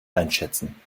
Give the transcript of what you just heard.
einschätzen